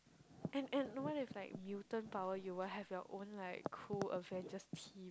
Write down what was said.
and and no one is like mutant power you will have like your like cool Avengers team